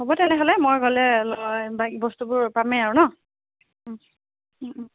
হ'ব তেনেহ'লে মই গ'লে বস্তুবোৰ পামেই আৰু ন